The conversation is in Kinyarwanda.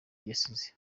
yasize